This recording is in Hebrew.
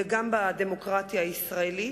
וגם בדמוקרטיה הישראלית.